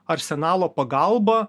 arsenalo pagalba